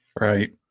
Right